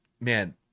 man